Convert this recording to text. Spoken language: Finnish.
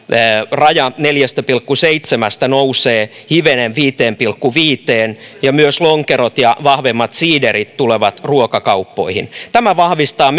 raja neljästä pilkku seitsemästä nousee hivenen viiteen pilkku viiteen ja myös lonkerot ja vahvemmat siiderit tulevat ruokakauppoihin tämä vahvistaa